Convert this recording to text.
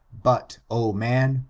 but, o man,